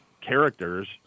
characters